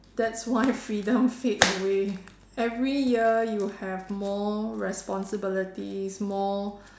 that's why freedom fade away every year you have more responsibilities more